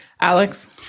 Alex